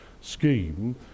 scheme